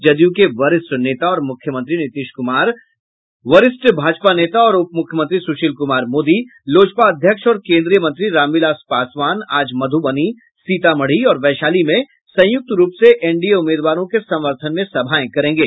जदयू के वरिष्ठ नेता और मुख्यमंत्री नीतीश कुमार वरिष्ठ भाजपा नेता और उपमुख्यमंत्री सुशील कुमार मोदी लोजपा अध्यक्ष और केन्द्रीय मंत्री रामविलास पासवान आज मधुबनी सीतामढ़ी और वैशाली में संयुक्त रूप से एनडीए उम्मीदवारों के समर्थन में सभाएं करेंगे